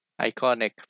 iconic